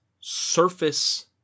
surface